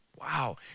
Wow